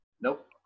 Nope